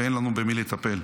ואין לנו במי לטפל.